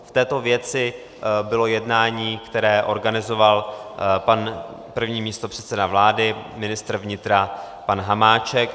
V této věci bylo jednání, které organizoval pan první místopředseda vlády ministr vnitra pan Hamáček.